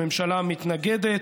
הממשלה מתנגדת,